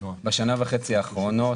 בשנה וחצי האחרונות